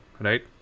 right